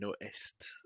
noticed